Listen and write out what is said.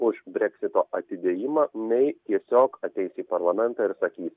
už breksito atidėjimą mei tiesiog ateiti į parlamentą ir sakyti